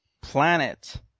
planet